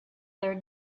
their